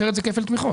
אחרת, זה כפל תמיכות